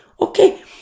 Okay